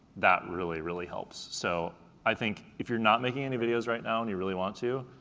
that really really helps. so i think if you're not making any videos right now and you really want you,